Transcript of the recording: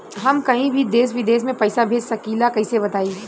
हम कहीं भी देश विदेश में पैसा भेज सकीला कईसे बताई?